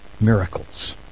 Miracles